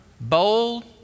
Bold